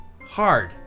hard